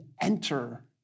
enter